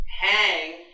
Hang